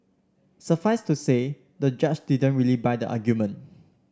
suffice to say the judge didn't really buy the argument